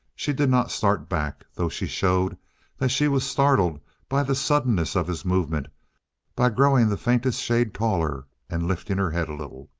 she did not start back, though she showed that she was startled by the suddenness of his movement by growing the faintest shade taller and lifting her head a little.